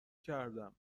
کردم